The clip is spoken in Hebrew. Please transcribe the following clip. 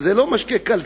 זה לא משקה קל,